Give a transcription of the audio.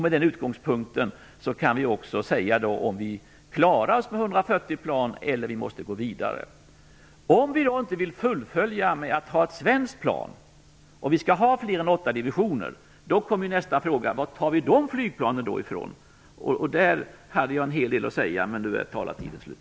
Med den utgångspunkten kan vi säga om vi klarar oss med 140 plan eller om vi måste gå vidare. Om vi inte vill fullfölja med ett svenskt plan vid ett större antal divisioner än 8, kommer nästa fråga: Varifrån tar vi de nya flygplanen? Om detta har jag en hel del att säga, men nu är min taletid slut.